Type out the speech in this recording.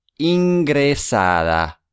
Ingresada